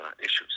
issues